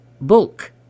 Bulk